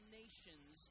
nations